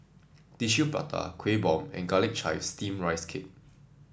Tissue Prata Kueh Bom and garlic chives steam Rice Cake